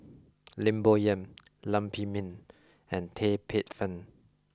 Lim Bo Yam Lam Pin Min and Tan Paey Fern